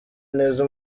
neza